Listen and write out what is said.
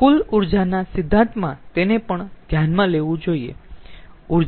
કુલ ઊર્જાના સિદ્ધાંતમાં તેને પણ ધ્યાનમાં લેવું જોઈયે